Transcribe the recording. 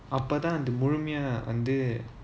அப்போ தான் அது முழுமையா வந்து:appo thaan athu mulumayaa vanthu